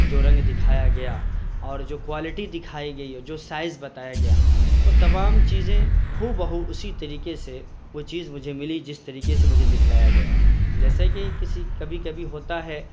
جو رنگ دکھایا گیا اور جو کوائلٹی دکھائی گئی اور جو سائز بتایا گیا وہ تمام چیزیں ہو بہ ہو اسی طریقے سے وہ چیز مجھے ملی جس طریقے سے مجھے دکھلایا گیا جیسا کہ کسی کبھی کبھی ہوتا ہے